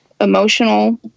emotional